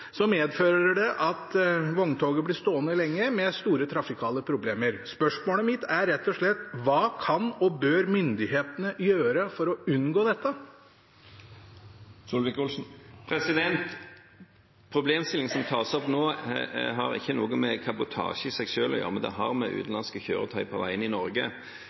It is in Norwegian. medfører det at vogntogene blir stående lenge, med store trafikale problemer. Spørsmålet mitt er rett og slett: Hva kan og bør myndighetene gjøre for å unngå dette? Problemstillingen som tas opp nå, har ikke noe med kabotasje i seg selv å gjøre, men det har å gjøre med utenlandske kjøretøy på veiene i Norge.